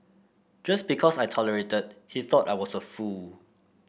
just because I tolerated he thought I was a fool